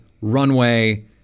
runway